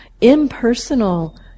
impersonal